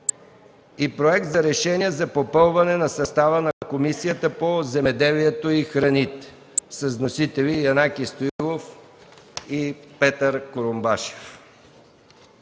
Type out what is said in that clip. Проект за решение за попълване на състава на Комисията по земеделието и храните с вносители Янаки Стоилов и Петър Курумбашев.